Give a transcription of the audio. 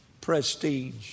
prestige